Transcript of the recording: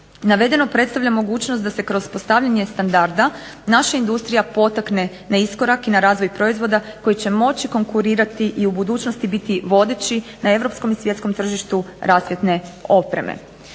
Navedeno predstavlja mogućnost da se kroz postavljanje standarda naša industrija potakne na iskorak i na razvoj proizvoda koji će moći konkurirati i u budućnosti biti vodeći na europskom i svjetskom tržištu rasvjetne opreme.